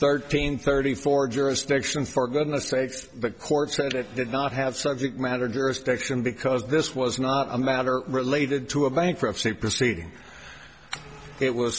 thirteen thirty four jurisdictions for goodness sake but court said it did not have subject matter jurisdiction because this was not a matter related to a bankruptcy proceeding it was